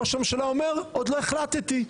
ראש הממשלה אומר: עוד לא החלטתי,